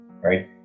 right